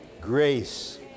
Grace